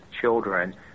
children